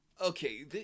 Okay